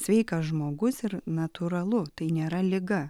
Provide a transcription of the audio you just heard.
sveikas žmogus ir natūralu tai nėra liga